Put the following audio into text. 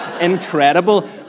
incredible